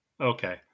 Okay